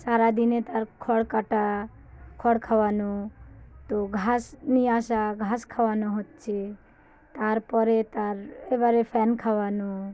সারা দিনে তার খড় কাটা খড় খাওয়ানো তো ঘাস নিয়ে আসা ঘাস খাওয়ানো হচ্ছে তারপরে তার এবারে ফ্যান খাওয়ানো